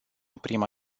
oprim